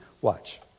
Watch